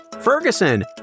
Ferguson